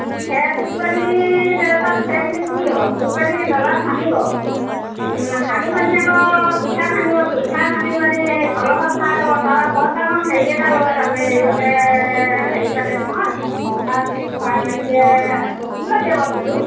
খেৰপুলি পানী তাৰপিছত খেৰখিনি পুৰি ল'ব পুৰি পিনে ডলাত সানিব সানি পিনে আকৌ পিঠা সানিব পিঠা সানি মানে কলহত ভৰাই থ'ব তাৰপৰা বৰ ডাঙৰ হেৰি এটা লয় তাৰমানে হেৰি পাতে নহয় তাত ভৰাই পিনে পকিবলৈ দিয়ে বস্তুটো